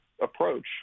approach